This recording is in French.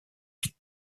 pit